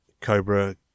Cobra